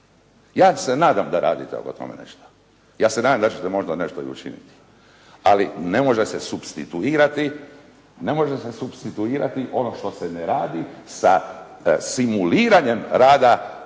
Ja se nadam da radite oko toga nešto. Ja se nadam da ćete nešto možda i učiniti. Ali ne može se supstituirati, ne može se supstituirati ono